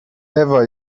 ewa